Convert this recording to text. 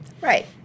Right